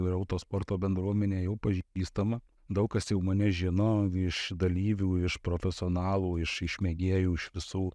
ir autosporto bendruomenė jau pažįstama daug kas jau mane žino iš dalyvių iš profesionalų iš iš mėgėjų iš visų